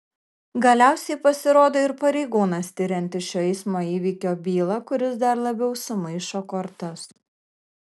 galiausiai pasirodo ir pareigūnas tiriantis šio eismo įvykio bylą kuris dar labiau sumaišo kortas